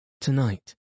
Tonight